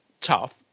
tough